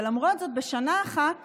למרות זאת, בשנה אחת